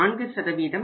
4 ஆகும்